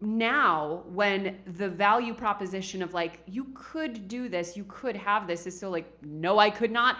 now, when the value proposition of like you could do this, you could have this is so like, no, i could not,